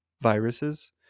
viruses